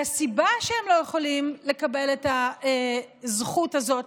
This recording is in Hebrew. והסיבה שהם לא יכולים לקבל את הזכות הזאת